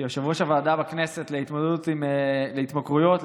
כיושב-ראש הוועדה בכנסת להתמודדות עם התמכרויות,